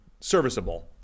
serviceable